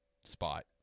spot